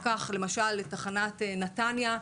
ניקח למשל את תחנת נתניה.